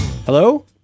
hello